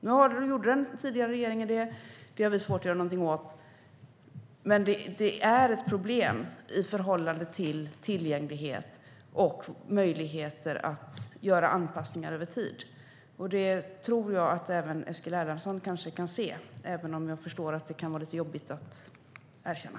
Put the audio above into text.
Nu gjorde den tidigare regeringen det. Det har vi svårt att göra någonting åt. Men det är ett problem i förhållande till tillgänglighet och möjligheter att göra anpassningar över tid. Det tror jag att även Eskil Erlandsson kanske kan se, även om jag förstår att det kan vara lite jobbigt att erkänna.